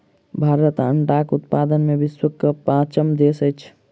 भारत अंडाक उत्पादन मे विश्वक पाँचम देश अछि